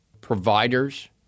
providers